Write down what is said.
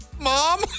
Mom